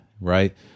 right